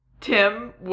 Tim